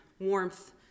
warmth